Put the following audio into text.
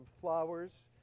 flowers